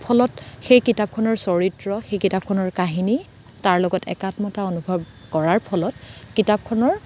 ফলত সেই কিতাপখনৰ চৰিত্ৰ সেই কিতাপখনৰ কাহিনী তাৰ লগত একাত্মতা অনুভৱ কৰাৰ ফলত কিতাপখনৰ